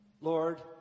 Lord